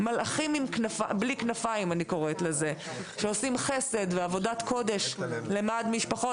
מלאכים בלי כנפיים שעושים חסד ועבודת קודש למען משפחות